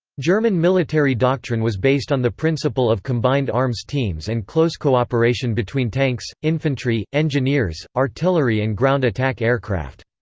german military doctrine was based on the principle of combined-arms teams and close cooperation between tanks, infantry, engineers, artillery and ground-attack aircraft.